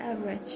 average